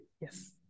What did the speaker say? Yes